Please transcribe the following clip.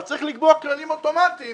צריך לקבוע כללים אוטומטיים